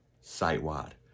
site-wide